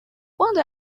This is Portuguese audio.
quando